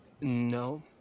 no